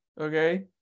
okay